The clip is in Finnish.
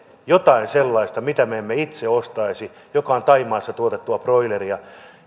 jotain sellaista mitä me emme itse ostaisi joka on thaimaassa tuotettua broileria